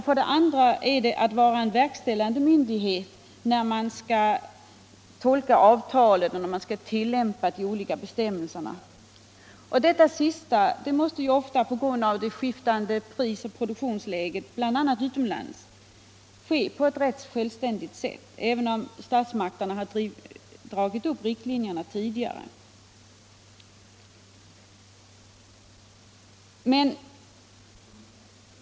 För det andra skall nämnden vara en verkställande myndighet när avtalet skall tolkas och de olika bestämmelserna tillämpas. Det sistnämnda måste ofta på grund av det skiftande pris och produktionsläget — bl.a. utomlands — ske på ewut självständigt sätt, även om statsmakterna dragit upp riktlinjerna tidigare.